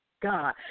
God